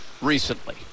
Recently